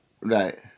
Right